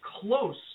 close